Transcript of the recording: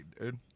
dude